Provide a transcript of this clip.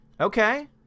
Okay